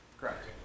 Correct